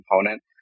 component